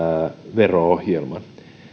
vero ohjelman